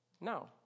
No